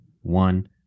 one